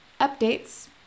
updates